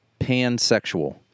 pansexual